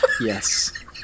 Yes